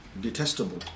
detestable